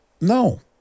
No